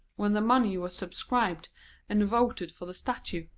when the money was subscribed and voted for the statue,